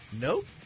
Nope